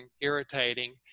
irritating